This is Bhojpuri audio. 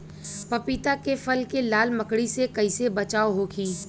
पपीता के फल के लाल मकड़ी से कइसे बचाव होखि?